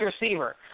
receiver